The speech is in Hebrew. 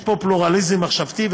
יש פה פלורליזם מחשבתי,